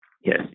Yes